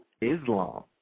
Islam